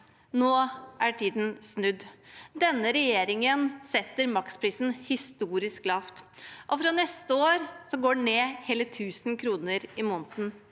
nå har det snudd. Denne regjeringen setter maksprisen historisk lavt, og fra neste år går den ned med hele 1 000 kr i måneden.